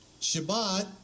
Shabbat